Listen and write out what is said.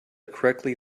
correctly